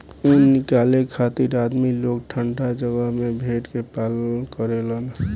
ऊन निकाले खातिर आदमी लोग ठंडा जगह में भेड़ के पालन करेलन